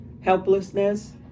helplessness